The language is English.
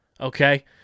okay